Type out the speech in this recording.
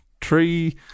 tree